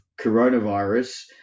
coronavirus